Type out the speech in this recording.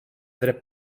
dret